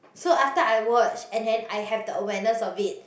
so after I watch and then I have the awareness of it